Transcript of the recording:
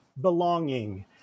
belonging